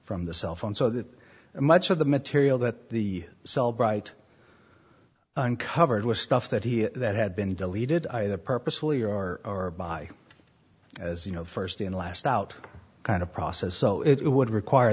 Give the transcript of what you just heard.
from the cell phone so that much of the material that the cell bright uncovered was stuff that he had that had been deleted either purposefully or by as you know first in last out kind of process so it would require